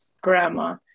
grandma